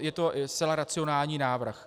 Je to zcela racionální návrh.